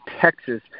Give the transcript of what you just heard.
Texas